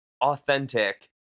authentic